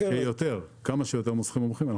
כמה שיותר מוסכים מומחים.